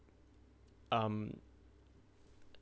um